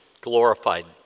glorified